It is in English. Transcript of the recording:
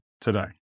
today